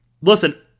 Listen